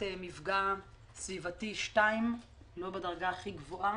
מפגע סביבתי 2, לא בדרגה הכי גבוהה,